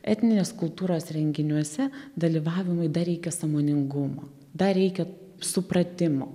etninės kultūros renginiuose dalyvavimui dar reikia sąmoningumo dar reikia supratimo